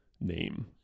name